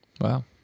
Wow